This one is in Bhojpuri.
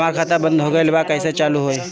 हमार खाता बंद हो गइल बा कइसे चालू होई?